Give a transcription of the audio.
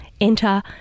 enter